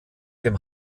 dem